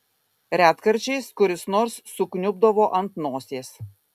retkarčiais kuris nors sukniubdavo ant nosies